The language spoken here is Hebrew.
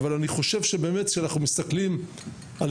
אבל אני חושב שבאמת כשאנחנו מסתכלים על